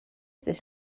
this